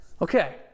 Okay